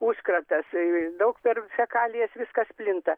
užkratas daug per fekalijas viskas plinta